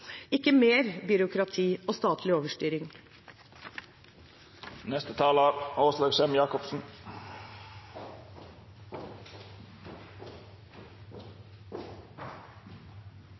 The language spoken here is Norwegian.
ikke mer byråkrati og statlig